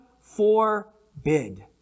forbid